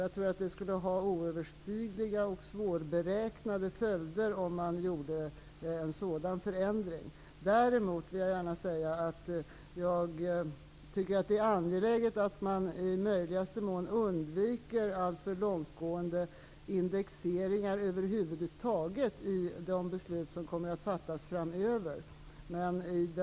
Det skulle få oöverstigliga och svårberäknade följder om en sådan förändring gjordes. Det är angeläget att i möjligaste mån undvika alltför långtgående indexeringar i de beslut som kommer att fattas framöver.